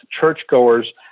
churchgoers